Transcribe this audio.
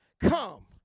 Come